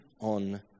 on